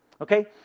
Okay